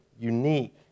unique